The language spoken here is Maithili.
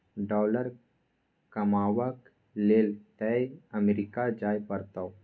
डॉलर कमेबाक लेल तए अमरीका जाय परतौ